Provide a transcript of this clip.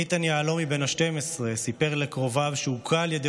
איתן יהלומי בן ה-12 סיפר לקרוביו שהוכה על ידי